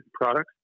products